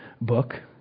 book